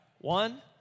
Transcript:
one